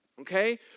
Okay